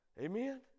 Amen